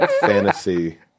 fantasy